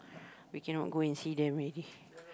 we cannot go and see them already